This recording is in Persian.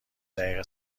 دقیقه